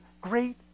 great